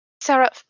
Sarah